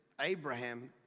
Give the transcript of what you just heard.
Abraham